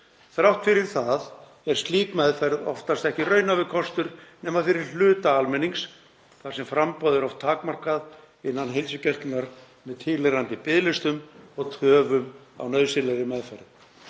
Þrátt fyrir það er slík meðferð oftast ekki raunhæfur kostur nema fyrir hluta almennings þar sem framboð er oft takmarkað innan heilsugæslunnar með tilheyrandi biðlistum og töfum á nauðsynlegri meðferð.